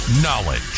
Knowledge